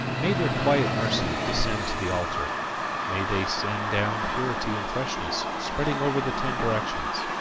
may their quiet mercy descend to the altar may they send down purity and freshness, spreading over the ten directions.